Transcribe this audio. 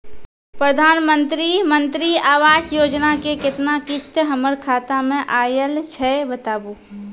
प्रधानमंत्री मंत्री आवास योजना के केतना किस्त हमर खाता मे आयल छै बताबू?